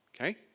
Okay